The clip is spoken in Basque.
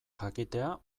jakitea